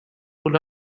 pull